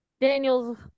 Daniels